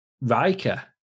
Riker